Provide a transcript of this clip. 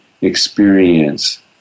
experience